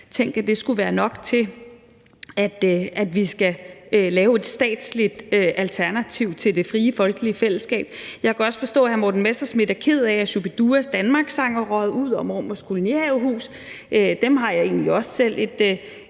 Tænk, at det skulle være nok til, at vi skal lave et statsligt alternativ til det frie, folkelige fællesskab. Jeg kan også forstå, at hr. Morten Messerschmidt er ked af, at Shubiduas »Danmark« er røget ud, og at »Mormors Kolonihavehus« er røget ud. Dem har jeg egentlig også selv et